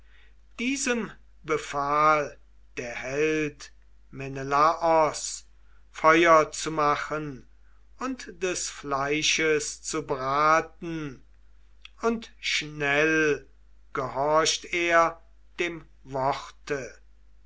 diesem befahl der held menelaos feuer zu machen und des fleisches zu braten und schnell gehorcht er dem worte